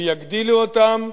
ויגדילו אותם.